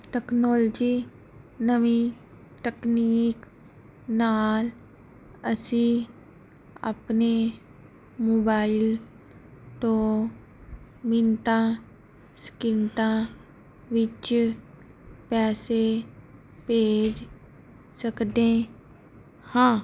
technology ਨਵੀਂ ਤਕਨੀਕ ਨਾਲ ਅਸੀਂ ਆਪਣੇ ਮੋਬਾਈਲ ਤੋਂ ਮਿੰਟਾਂ ਸਕਿੰਟਾਂ ਵਿੱਚ ਪੈਸੇ ਭੇਜ ਸਕਦੇ ਹਾਂ